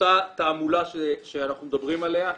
אותה תעמולה שאנחנו מדברים עליה.